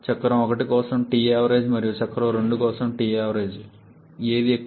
చక్రం 1 కోసం TAavg మరియు చక్రం 2 కోసం TAavg ఏది ఎక్కువ